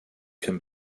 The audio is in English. can